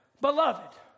Beloved